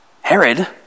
Herod